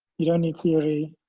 you don't need theory,